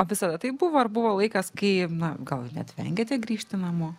o visada taip buvo ar buvo laikas kai na gal ir net vengėte grįžti namo